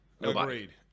agreed